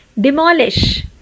demolish